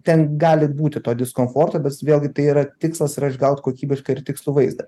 ten gali būti to diskomforto bet vėlgi tai yra tikslas yra išgaut kokybišką ir tikslų vaizdą